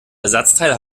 ersatzteil